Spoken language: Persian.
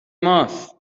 ماست